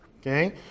Okay